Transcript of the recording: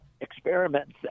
experiments